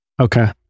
Okay